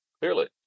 Clearly